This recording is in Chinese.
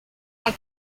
帕克